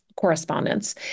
correspondence